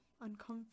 Uncomfortable